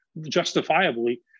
justifiably